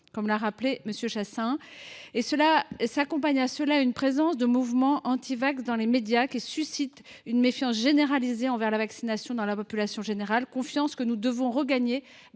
comme l’a rappelé M. Chasseing. Cela s’accompagne d’une présence de mouvements antivax dans les médias, qui suscitent une méfiance généralisée envers la vaccination dans la population générale. Nous devons regagner